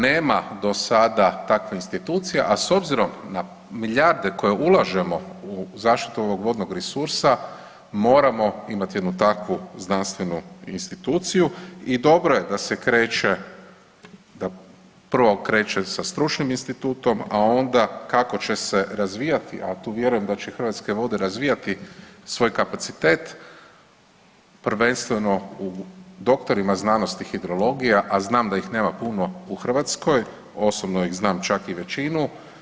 Nema do sada takve institucije, a s obzirom na milijarde koje ulažemo u zaštitu ovog vodnog resursa moramo imati jednu takvu znanstvenu instituciji i dobro je da se kreće, prvo kreće sa stručnim institutom, a onda kako će se razvijati, a tu vjerujem da će Hrvatske vode razvijati svoj kapacitet prvenstveno u doktorima znanosti hidrologija, a znam da ih nema puno u Hrvatskoj, osobno ih znam čak i većinu.